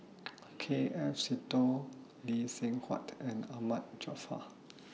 K F Seetoh Lee Seng Huat and Ahmad Jaafar